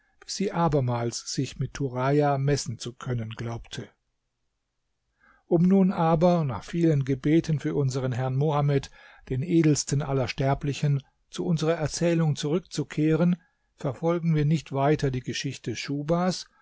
sie abermals sich mit turaja messen zu können glaubte um nun aber nach vielen gebeten für unseren herrn mohammed den edelsten aller sterblichen zu unserer erzählung zurückzukehren verfolgen wir nicht weiter die geschichte schuhbas